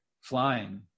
flying